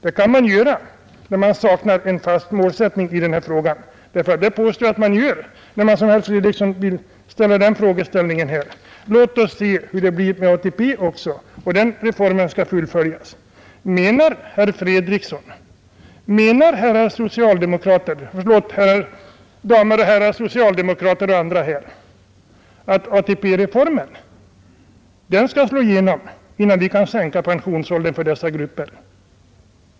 Det kan man göra när man saknar en fast målsättning, och det påstår jag att man gör när man som herr Fredriksson säger: Låt oss också se hur det blir med ATP när den reformen har fullföljts! Menar damer och herrar socialdemokrater och andra att ATP-reformen skall slå igenom innan vi kan sänka pensionsäldern för dessa grupper?